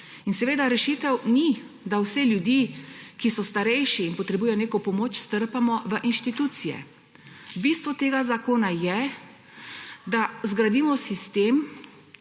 In seveda rešitev ni, da vse ljudi, ki so starejši in potrebujejo neko pomoč, strpamo v inštitucije. Bistvo tega zakona je, da zgradimo sistem,